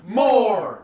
more